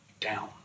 down